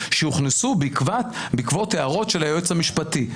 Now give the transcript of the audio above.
שהוכנסו בעקבות הערות של היועץ המשפטי.